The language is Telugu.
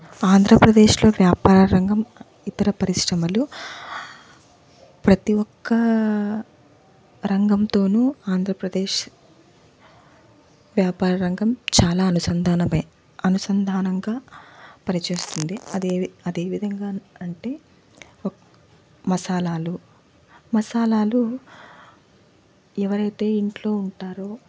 ఆంధ్రప్రదేశ్లో వ్యాపార రంగం ఇతర పరిశ్రమలు ప్రతీ ఒక్క రంగంతోను ఆంధ్రప్రదేశ్ వ్యాపార రంగం చాలా అనుసంధానమే అనుసంధానంగా పనిచేస్తుంది అదే అది ఏ విధంగాను అంటే ఒ మసాలాలు మసాలాలు ఎవరైతే ఇంట్లో ఉంటారో